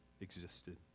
existed